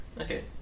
Okay